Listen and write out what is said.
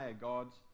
God's